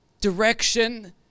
direction